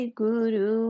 guru